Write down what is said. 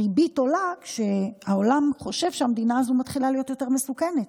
הריבית עולה כשהעולם חושב שהמדינה הזו מתחילה להיות יותר מסוכנת,